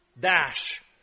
dash